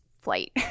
flight